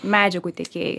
medžiagų tiekėjai